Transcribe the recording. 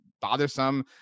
bothersome